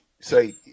say